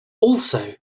also